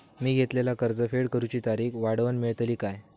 मी घेतलाला कर्ज फेड करूची तारिक वाढवन मेलतली काय?